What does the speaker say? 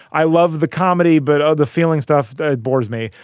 i love the comedy, but the feeling stuff that bores me,